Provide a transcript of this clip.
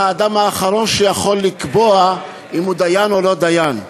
אתה האדם האחרון שיכול לקבוע אם הוא דיין או לא דיין.